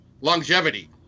longevity